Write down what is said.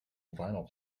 vinyl